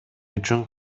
үчүн